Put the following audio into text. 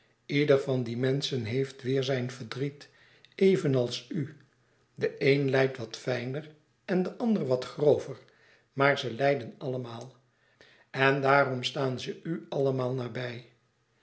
ieder van die menschen heeft weêr louis couperus extaze een boek van geluk zijn verdriet evenals u de een lijdt wat fijner en de ander wat grover maar ze lijden allemaal en daarom staan ze u allemaal nabij